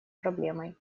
проблемой